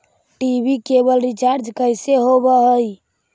TV केवल recharge कैसे होब हइ?